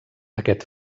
aquest